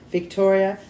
Victoria